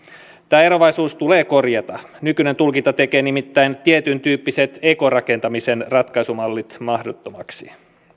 tämä eroavaisuus tulee korjata nykyinen tulkinta tekee nimittäin tietyntyyppiset ekorakentamisen ratkaisumallit mahdottomaksi